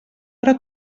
hora